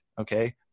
okay